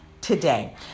today